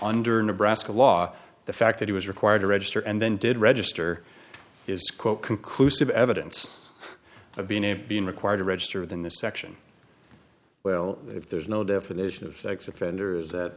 under nebraska law the fact that he was required to register and then did register is quote conclusive evidence of being a being required to register than this section well if there is no definition of offenders that